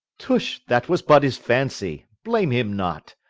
tush, that was but his fancie, blame him not,